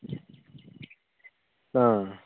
ஆ